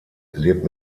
lebt